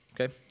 Okay